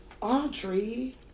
Audrey